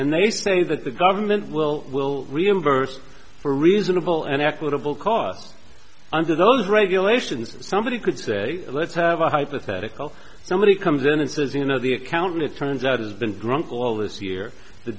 and they say that the government will will reimburse for reasonable and equitable costs under those regulations somebody could have a hypothetical somebody comes in and says you know the account it turns out has been drunk all this year the